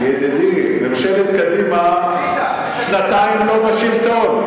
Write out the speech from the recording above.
ידידי, ממשלת קדימה שנתיים לא בשלטון.